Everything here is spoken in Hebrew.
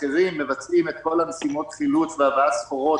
אחרים מבצעים את כל משימות החילוץ והבאת סחורות,